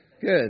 Good